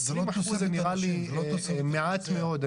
20% נראה לי מעט מאוד.